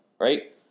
right